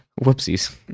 Whoopsies